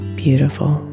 beautiful